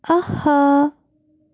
اَہا